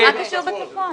מה קשור בצפון?